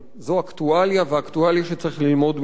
זו אקטואליה, ואקטואליה שצריך ללמוד ממנה.